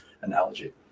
analogy